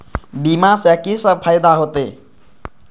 बीमा से की सब फायदा होते?